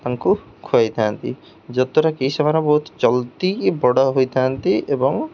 ତାଙ୍କୁ ଖୁଆଇଥାନ୍ତି ଯଦ୍ୱାରାକି ସେମାନେ ବହୁତ ଜଲଦି ବଡ଼ ହୋଇଥାନ୍ତି ଏବଂ